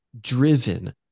driven